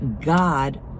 God